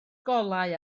golau